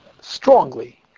strongly